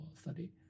study